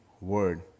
word